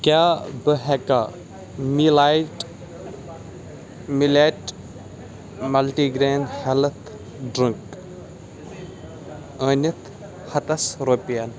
کیٛاہ بہٕ ہیٚکا millet millet multigrain health drink أنِتھ ہتَس رۄپٮ۪ن